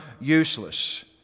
useless